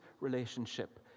relationship